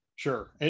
Sure